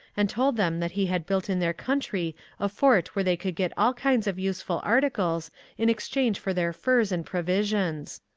and told them that he had built in their country a fort where they could get all kinds of useful articles in exchange for their furs and provisions.